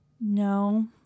No